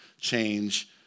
change